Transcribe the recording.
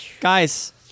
guys